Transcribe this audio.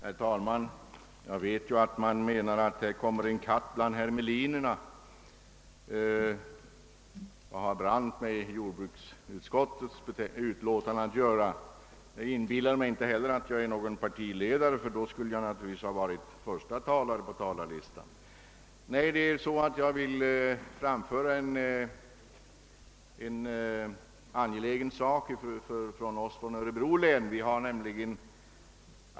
Herr talman! Jag förstår att många nu tycker att det har kommit in en katt bland hermelinerna; vad har Brandt i en jordbruksdebatt att göra! Jag försöker heller inte leka partiledare, ty då skulle jag naturligtvis ha stått först på talarlistan. Nej, det är så att jag vill ta till orda i en sak som är angelägen för oss i Örebro län.